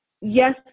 Yes